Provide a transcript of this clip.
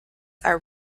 are